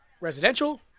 residential